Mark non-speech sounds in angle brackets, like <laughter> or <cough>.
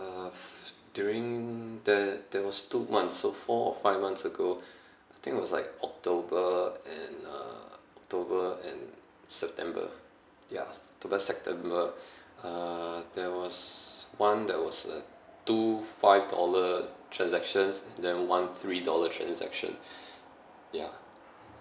uh f~ during there there was two months so four or five months ago I think it was like october and uh october and september ya s~ ~tober september uh there was one there was a two five dollar transactions then one three dollar transaction <breath> ya